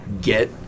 get